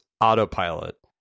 autopilot